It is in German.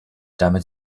damit